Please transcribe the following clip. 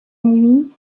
nuit